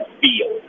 feel